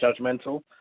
judgmental